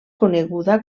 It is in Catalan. coneguda